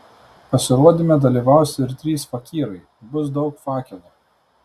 pasirodyme dalyvaus ir trys fakyrai bus daug fakelų